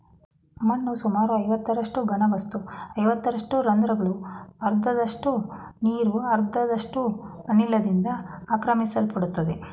ಮಣ್ಣು ಸುಮಾರು ಐವತ್ತರಷ್ಟು ಘನವಸ್ತು ಐವತ್ತರಷ್ಟು ರಂದ್ರಗಳು ಅರ್ಧದಷ್ಟು ನೀರು ಅರ್ಧದಷ್ಟು ಅನಿಲದಿಂದ ಆಕ್ರಮಿಸಲ್ಪಡ್ತದೆ